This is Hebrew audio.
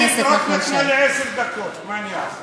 זהו, גמרת עם כל הממשלה, הגעת אלינו?